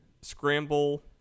Scramble